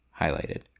highlighted